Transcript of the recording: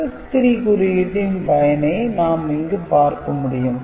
Excess - 3 குறியீட்டின் பயனை நாம் இங்கு பார்க்க முடியும்